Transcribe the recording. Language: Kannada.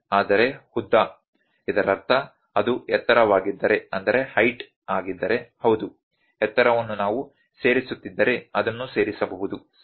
ಆದರೆ ಉದ್ದ ಇದರರ್ಥ ಅದು ಎತ್ತರವಾಗಿದ್ದರೆ ಹೌದು ಎತ್ತರವನ್ನು ನಾವು ಸೇರಿಸುತ್ತಿದ್ದರೆ ಅದನ್ನು ಸೇರಿಸಬಹುದು ಸರಿ